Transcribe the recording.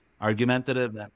argumentative